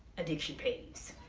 addiction pays.